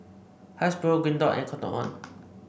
Hasbro Green Dot and Cotton On